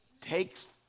takes